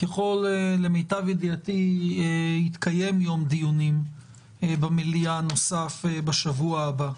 למיטב ידיעתי יתקיים יום דיונים נוסף במליאה בשבוע הבא.